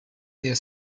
their